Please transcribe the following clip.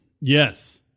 Yes